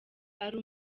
ari